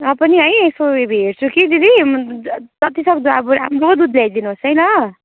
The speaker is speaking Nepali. र पनि है यसो अब हेर्छु कि दिदी जतिसक्दो अब राम्रो दुध ल्याइदिनुहोस् है ल